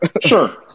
sure